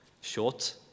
short